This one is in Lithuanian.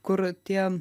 kur tie